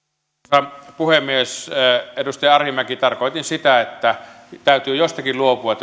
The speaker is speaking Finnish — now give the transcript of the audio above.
arvoisa puhemies edustaja arhinmäki tarkoitin sitä että täytyy jostakin luopua